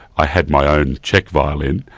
i had my own czech violin,